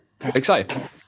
Excited